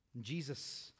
Jesus